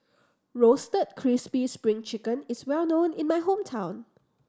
Roasted Crispy Spring Chicken is well known in my hometown